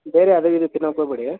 ಬೇರೆ ಅದು ಇದು ತಿನ್ನಕ್ಕೋಗ್ಬೇಡಿ